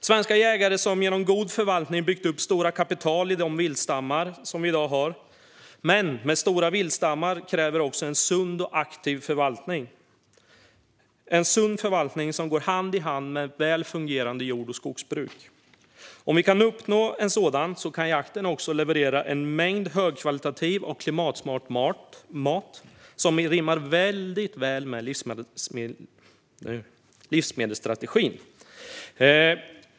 Svenska jägare har genom god förvaltning byggt upp stora kapital i de viltstammar som vi i dag har, men stora viltstammar kräver också en sund och aktiv förvaltning som går hand i hand med ett väl fungerande jord och skogsbruk. Om vi kan uppnå en sådan kan jakten också leverera en mängd högkvalitativ och klimatsmart mat som rimmar väldigt väl med livsmedelsstrategin.